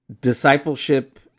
discipleship